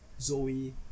Zoe